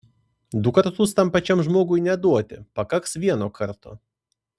du kartus tam pačiam žmogui neduoti pakaks vieno karto